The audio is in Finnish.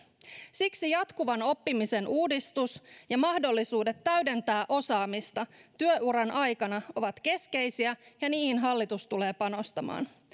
siksi jatkuvan oppimisen uudistus ja mahdollisuudet täydentää osaamista työuran aikana ovat keskeisiä ja niihin hallitus tulee panostamaan